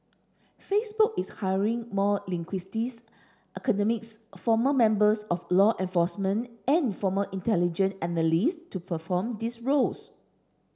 Facebook is hiring more linguists academics former members of law enforcement and former intelligence analysts to perform these roles